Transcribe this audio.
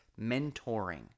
mentoring